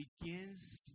begins